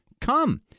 come